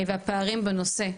והפערים בנושא.